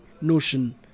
notion